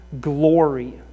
glory